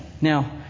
Now